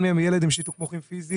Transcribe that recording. אחד מהם ילד עם שיתוק מוחין פיזי,